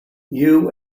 you